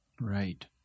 Right